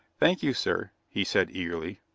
thank you, sir! he said eagerly.